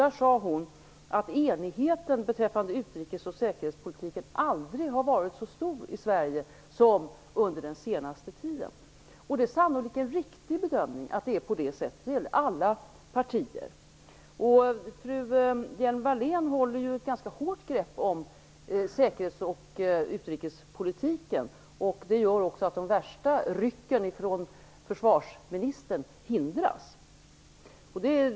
Där sade hon att enigheten beträffande utrikes och säkerhetspolitiken aldrig har varit så stor i Sverige som under den senaste tiden. Det är sannolikt en riktig bedömning. Det gäller alla partier. Fru Hjelm-Wallén håller ju ett ganska hårt grepp om säkerhets och utrikespolitiken. Det gör också att de värsta rycken ifrån försvarsministern hindras.